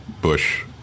Bush